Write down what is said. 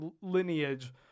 lineage